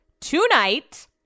Tonight